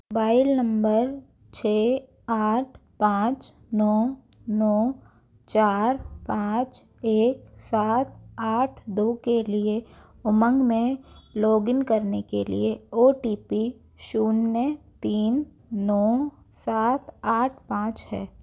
mobile number छ आठ पाँच नौ नौ चार पाँच एक सात आठ दो के लिए उमंग में लॉगइन करने के लिए ओ टी पी शून्य तीन नौ सात आठ पाँच है